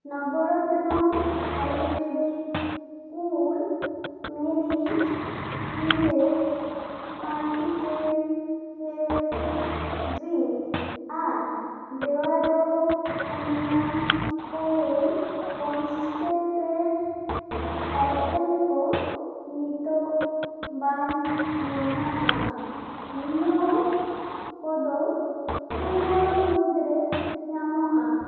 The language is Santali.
ᱱᱚᱵᱚᱨᱛᱱᱚ ᱟᱭᱩᱨᱵᱮᱫᱤᱠ ᱠᱩᱞ ᱢᱮᱭᱞᱤᱴ ᱢᱤᱞᱮᱴ ᱢᱟᱞᱴᱤᱜᱨᱮᱱ ᱦᱮᱞᱛᱷ ᱰᱨᱤᱝᱠ ᱟᱨ ᱵᱮᱣᱟᱰᱳ ᱚᱱᱤᱭᱚᱱ ᱳᱭᱮᱞ ᱠᱚᱱᱥᱮᱱᱴᱨᱮᱴᱮ ᱟᱭᱴᱮᱢ ᱠᱚ ᱱᱤᱛᱚᱜ ᱵᱟᱝ ᱧᱟᱢᱚᱜᱼᱟ ᱱᱤᱭᱟᱹ ᱠᱚᱫᱚ ᱴᱩᱢᱚᱨᱳ ᱢᱩᱫᱽᱨᱮ ᱧᱟᱢᱚᱜᱼᱟ